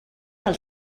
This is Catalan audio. del